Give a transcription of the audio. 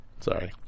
Sorry